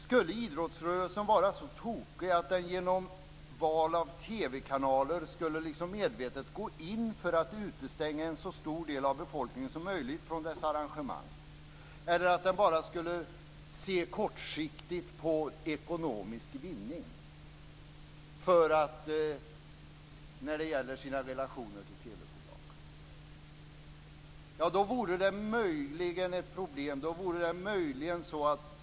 Skulle idrottsrörelsen vara så tokig att den genom val av TV-kanaler medvetet går in för att utestänga en så stor del av befolkningen som möjligt från dessa arrangemang eller ser till kortsiktig ekonomisk vinning när det gäller dess relationer till TV-bolagen? Då vore det möjligen ett problem.